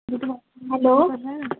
हूं त हैलो